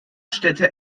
städte